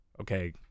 okay